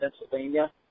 Pennsylvania